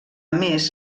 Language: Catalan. més